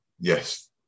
Yes